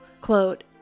Quote